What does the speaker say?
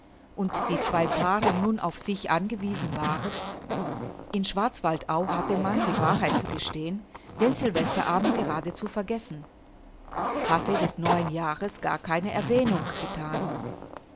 und die zwei paare nur auf sich angewiesen waren in schwarzwaldau hatte man die wahrheit zu gestehen den sylvesterabend geradezu vergessen hatte des neuen jahres gar keine erwähnung gethan